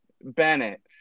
Bennett